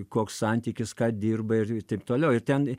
koks santykis ką dirbai ir taip toliau ir ten